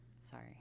Sorry